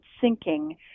sinking